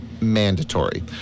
mandatory